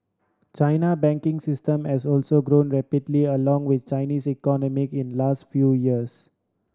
China banking system has also grown rapidly along with Chinese economy in last few years